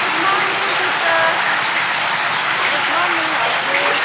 good morning teacher good morning हजुर